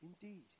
indeed